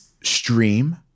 stream